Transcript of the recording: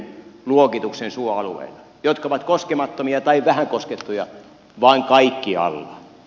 luokan suoalueilla jotka ovat koskemattomia tai vähän koskettuja vaan kaikkialla